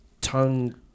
tongue